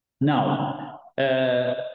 Now